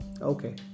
Okay